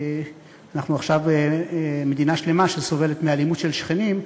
אנחנו עכשיו מדינה שלמה שסובלת מאלימות של שכנים,